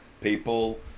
people